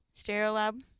Stereolab